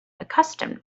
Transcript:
accustomed